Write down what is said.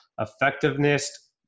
effectiveness